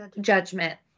judgment